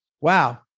Wow